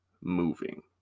moving